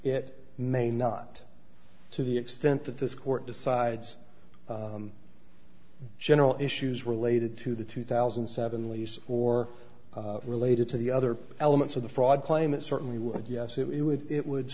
it may not to the extent that this court decides general issues related to the two thousand and seven lease or related to the other elements of the fraud claim it certainly would yes it would it would